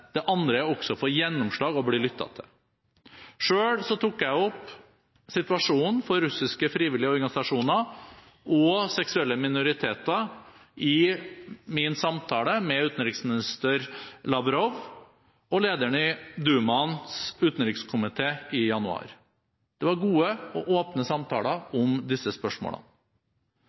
er å få gjennomslag og bli lyttet til. Selv tok jeg opp situasjonen for russiske frivillige organisasjoner og seksuelle minoriteter i min samtale med utenriksminister Lavrov og lederen i Dumaens utenrikskomité i januar. Det var gode og åpne samtaler om disse spørsmålene.